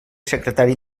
secretaria